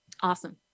Awesome